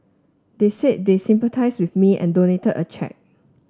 they said they sympathise with me and donated a cheque